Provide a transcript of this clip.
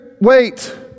wait